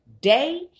day